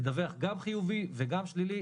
לדווח גם חיובי וגם שלילי,